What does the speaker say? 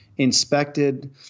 Inspected